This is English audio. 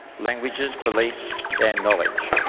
languages, beliefs and knowledge.